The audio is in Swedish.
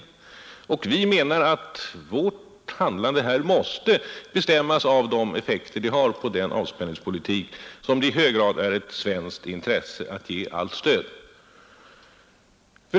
Vi anser att vårt handlande här måste bestämmas av de effekter det får på den avspänningspolitik som det i hög grad är ett svenskt intresse att ge allt stöd.